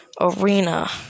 Arena